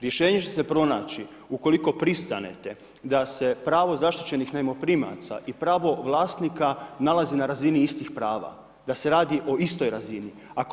Rješenje će se pronaći ukoliko pristanete da se pravo zaštićenih najmoprimaca i pravo vlasnika nalazi na razini istih prava, da se radi o istoj razini.